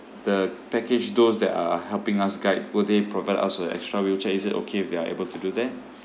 the package those the uh helping us guide will they provide us with a extra wheelchair is it okay if they are able to do that